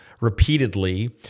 Repeatedly